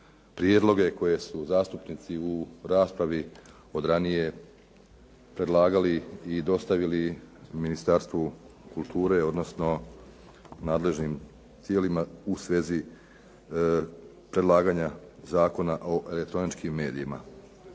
prijedloge koje su zastupnici u raspravi od ranije predlagali i dostavili Ministarstvu kulture, odnosno nadležnim tijelima u svezi predlaganja Zakona o elektroničkim medijima.